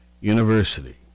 University